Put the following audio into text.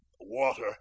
Water